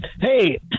Hey